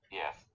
yes